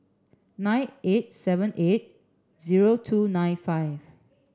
nine eight seven eight zero two nine five